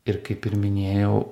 ir kaip ir minėjau